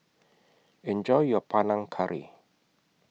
Enjoy your Panang Curry